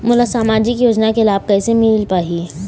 मोला सामाजिक योजना के लाभ कैसे म मिल पाही?